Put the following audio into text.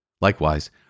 Likewise